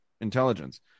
intelligence